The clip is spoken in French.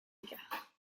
égard